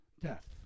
death